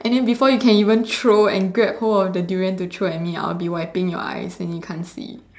and then before you can even throw and grab hold of the durian to throw at me I'll be wiping your eyes and you can't see